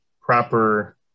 proper